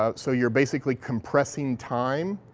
ah so you're basically compressing time,